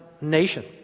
nation